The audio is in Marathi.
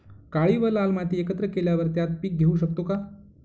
काळी व लाल माती एकत्र केल्यावर त्यात पीक घेऊ शकतो का?